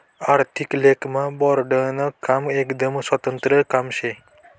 आर्थिक लेखामा बोर्डनं काम एकदम स्वतंत्र काम शे